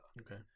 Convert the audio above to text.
okay